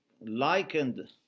likened